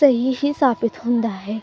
ਸਹੀ ਹੀ ਸਾਬਿਤ ਹੁੰਦਾ ਹੈ